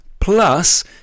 plus